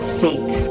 faith